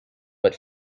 but